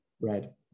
Red